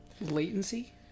Latency